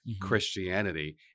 Christianity